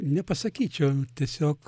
nepasakyčiau tiesiog